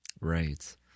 Right